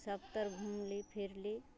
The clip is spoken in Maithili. सब तरि घुमली फिरली